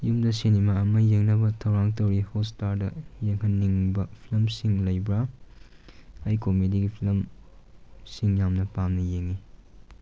ꯌꯨꯝꯗ ꯁꯤꯅꯦꯃꯥ ꯑꯃ ꯌꯦꯡꯅꯕ ꯊꯧꯔꯥꯡ ꯇꯧꯔꯤ ꯍꯣꯠ ꯏꯁꯇꯥꯔꯗ ꯌꯦꯡꯍꯟꯅꯤꯡꯕ ꯐꯤꯂꯝꯁꯤꯡ ꯂꯩꯕ꯭ꯔꯥ ꯑꯩ ꯀꯣꯃꯦꯗꯤꯒꯤ ꯐꯤꯂꯝꯁꯤꯡ ꯌꯥꯝꯅ ꯄꯥꯝꯅ ꯌꯦꯡꯏ